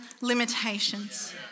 limitations